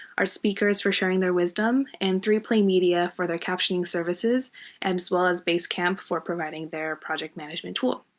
our speakers for sharing their wisdom, and three play media for their captioning services, and as well as base camp for providing their project management tool.